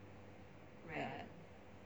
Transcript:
ya